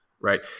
right